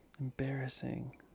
Embarrassing